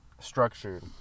Structured